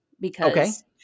because-